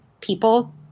people